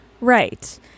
Right